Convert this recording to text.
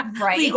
right